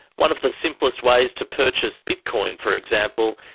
one of the simplest ways to purchase bitcoin, for example,